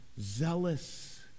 zealous